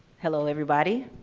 hello, everybody.